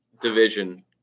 division